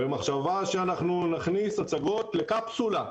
במחשבה שאנחנו נכניס הצגות לקפסולה.